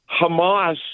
Hamas